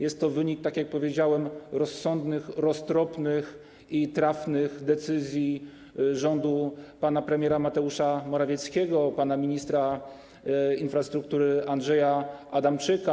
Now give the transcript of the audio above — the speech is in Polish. Jest to wynik, tak jak powiedziałem, rozsądnych, roztropnych i trafnych decyzji rządu pana premiera Mateusza Morawieckiego, pana ministra infrastruktury Andrzeja Adamczyka.